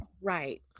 Right